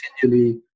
continually